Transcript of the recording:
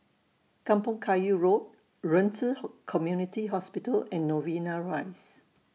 Kampong Kayu Road Ren Ci Hall Community Hospital and Novena Rise